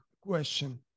question